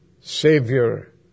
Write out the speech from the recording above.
Savior